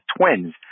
Twins